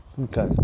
okay